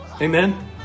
Amen